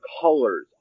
colors